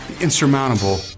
insurmountable